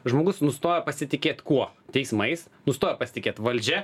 žmogus nustoja pasitikėt kuo teismais nustoja pasitikėt valdžia